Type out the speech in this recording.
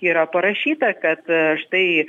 yra parašyta kad štai